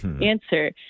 answer